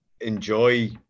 enjoy